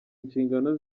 nshingano